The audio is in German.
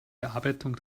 bearbeitung